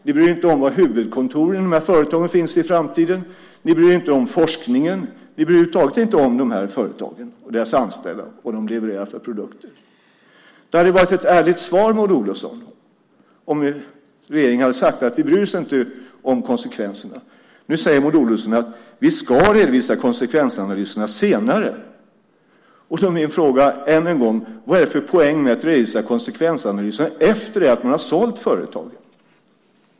Ni bryr er inte om var huvudkontoren för de här företagen finns i framtiden. Ni bryr er inte om forskningen. Ni bryr er över huvud taget inte om de här företagen, deras anställda och vad de levererar för produkter. Det hade varit ett ärligt svar, Maud Olofsson, om regeringen hade sagt att den inte bryr sig om konsekvenserna. Nu säger Maud Olofsson: Vi ska redovisa konsekvensanalyserna senare. Då är min fråga än en gång: Vad är det för poäng med att redovisa konsekvensanalyserna efter det att man har sålt företagen?